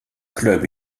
club